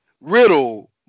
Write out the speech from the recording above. Riddle